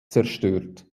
zerstört